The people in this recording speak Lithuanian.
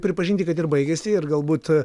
pripažinti kad ir baigiasi ir galbūt